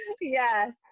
Yes